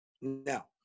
Now